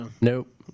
Nope